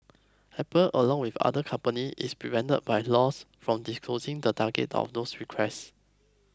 apple along with other company is prevented by laws from disclosing the targets of those requests